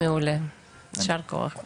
מעולה, יישר כוח.